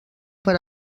per